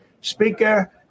speaker